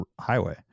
highway